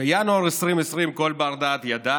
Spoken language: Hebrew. בינואר 2020 כל בר-דעת ידע